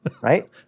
right